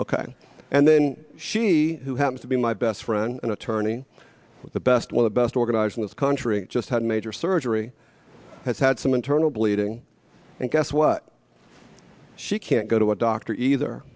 and then she who happens to be my best friend an attorney with the best well the best organized in this country just had major surgery has had some internal bleeding and guess what she can't go to a doctor either